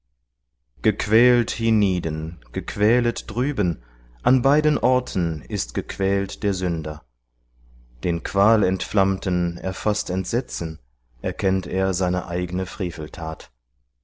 gequält hienieden gequälet drüben an beiden orten ist gequält der sünder den qualentflammten erfaßt entsetzen erkennt er seine eigne freveltat